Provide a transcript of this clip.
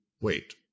wait